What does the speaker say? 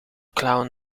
clown